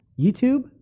YouTube